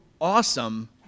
awesome